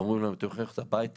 ואומרים להם: אתם יכולים ללכת הביתה,